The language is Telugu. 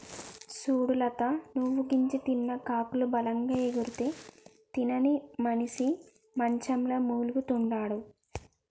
సూడు లత నువ్వు గింజ తిన్న కాకులు బలంగా ఎగిరితే తినని మనిసి మంచంల మూల్గతండాడు